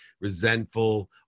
resentful